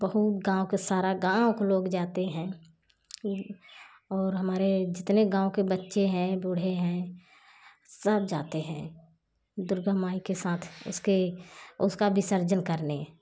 बहुत गाँव के सारा गाँव को लोग जाते हैं और हमारे जितने गाँव के बच्चे है बुढ़े हैं सब जाते हैं दुर्गा माँ के साथ उसके उसका विसर्जन करने